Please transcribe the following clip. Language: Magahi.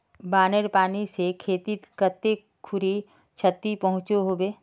बानेर पानी से खेतीत कते खुरी क्षति पहुँचो होबे?